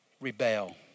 rebel